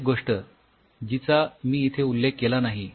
अजून एक गोष्ट जिचा मी इथे उल्लेख केला नाही